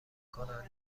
کنند